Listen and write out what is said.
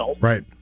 Right